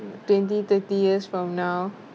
twenty thirty years from now